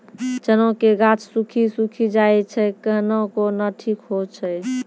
चना के गाछ सुखी सुखी जाए छै कहना को ना ठीक हो छै?